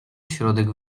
środek